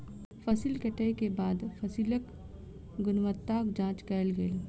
फसिल कटै के बाद फसिलक गुणवत्ताक जांच कयल गेल